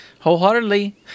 Wholeheartedly